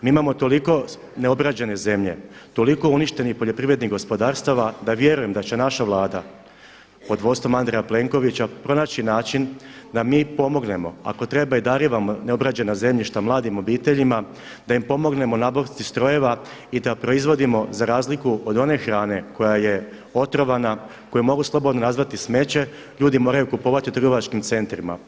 Mi imamo toliko neobrađene zemlje, toliko uništenih poljoprivrednih gospodarstava da vjerujemo da će naša Vlada pod vodstvom Andreja Plenkovića pronaći način da mi pomognemo ako treba i darivamo neobrađena zemljišta mladim obiteljima, da im pomognemo u nabavci strojeva i da proizvodimo za razliku od one hrane koja je otrovana, koju mogu slobodno nazvati smeće ljudi moraju kupovati u trgovačkim centrima.